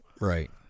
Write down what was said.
Right